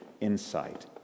insight